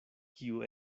kiu